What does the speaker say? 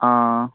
ആ